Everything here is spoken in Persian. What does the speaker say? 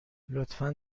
لطفا